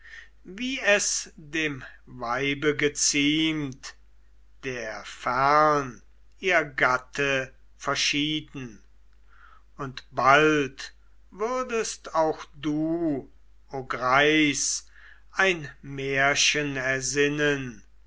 wie es dem weibe geziemt der fern ihr gatte verschieden und bald würdest auch du o greis ein märchen ersinnen